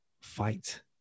fight